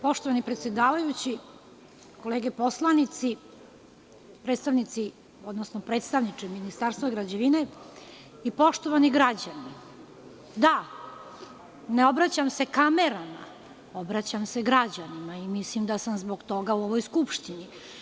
Poštovani predsedavajući, kolege poslanici, predstavniče Ministarstva građevine, poštovani građani, da, ne obraćam se kamerama, obraćam se građanima i mislim da sam zbog toga u ovoj skupštini.